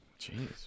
Jeez